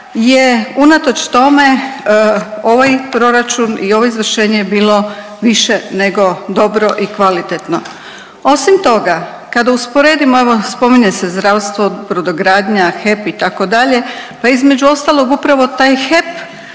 je unatoč tome ovaj proračun i ovo izvršenje je bilo više nego dobro i kvalitetno. Osim toga, kada usporedimo, evo, spominje se zdravstvo, brodogradnja, HEP, itd., pa između ostalog, upravo taj HEP